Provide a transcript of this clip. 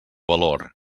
valor